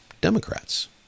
Democrats